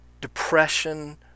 depression